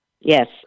Yes